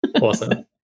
Awesome